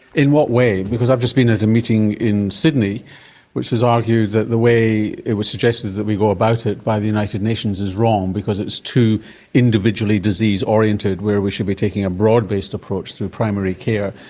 in what way? because i've just been at a meeting in sydney which has argued that the way it was suggested that we go about it by the united nations is wrong because it's too individually disease orientated where we should be taking a broad-based approach through primary care,